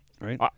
right